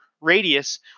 radius